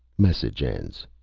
message ends.